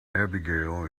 abigail